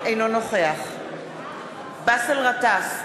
אינו נוכח באסל גטאס,